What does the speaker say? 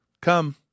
Come